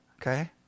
Okay